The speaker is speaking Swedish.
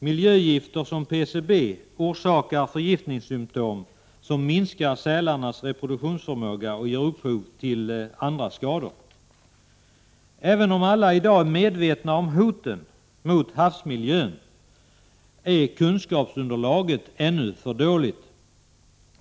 Miljögifter som PCB orsakar förgiftningssymptom, minskar sälarnas reproduktionsförmåga och ger upphov till andra skador. Även om alla i dag är medvetna om hoten mot havsmiljön, är kunskapsunderlaget ännu för dåligt.